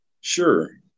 sure